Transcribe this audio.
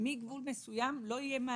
מגבול מסוים לא יהיה מענה.